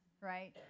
right